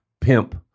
pimp